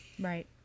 Right